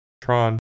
Tron